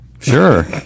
sure